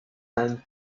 and